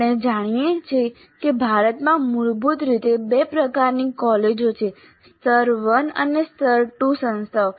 આપણે જાણીએ છીએ કે ભારતમાં મૂળભૂત રીતે બે પ્રકારની કોલેજો છે સ્તર 1 અને સ્તર 2 સંસ્થાઓ